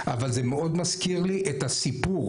אבל זה מאוד מזכיר לי את הסיפור,